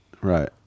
Right